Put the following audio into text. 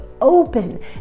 open